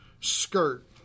skirt